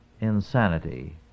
insanity